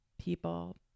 people